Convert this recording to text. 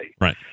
Right